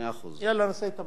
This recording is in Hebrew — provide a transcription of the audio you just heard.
יאללה, נעשה התעמלות.